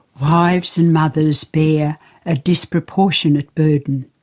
wives and mothers bear a disproportionate burden.